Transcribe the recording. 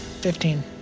Fifteen